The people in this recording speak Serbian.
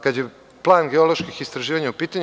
Kada je plan geoloških istraživanja u pitanju.